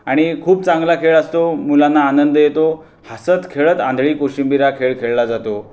आणि खूप चांगला खेळ असतो मुलांना आनंद येतो हसत खेळत आंधळी कोशिंबीर हा खेळ खेळला जातो